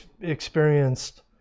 experienced